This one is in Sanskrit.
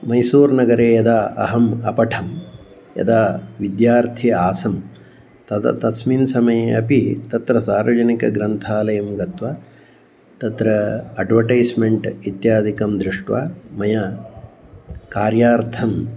मैसूर्नगरे यदा अहम् अपठं यदा विद्यार्थी आसं तदा तस्मिन् समये अपि तत्र सार्वजनिकग्रन्थालयं गत्वा तत्र अड्वटैस्मेण्ट् इत्यादिकं दृष्ट्वा मया कार्यार्थं